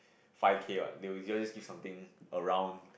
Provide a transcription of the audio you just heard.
five K what they will just just give something around